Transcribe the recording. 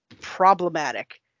problematic